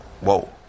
Whoa